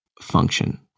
function